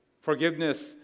Forgiveness